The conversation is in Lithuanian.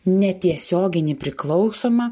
netiesioginį priklausomą